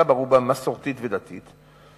אלא רובה מסורתית ודתית,